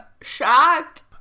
shocked